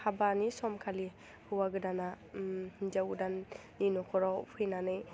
हाबानि सम खालि हौवा गोदाना हिन्जाव गोदाननि न'खराव फैनानै